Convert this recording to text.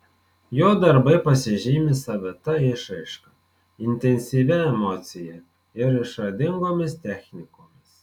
jo darbai pasižymi savita išraiška intensyvia emocija ir išradingomis technikomis